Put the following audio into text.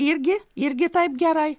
irgi irgi taip gerai